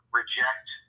reject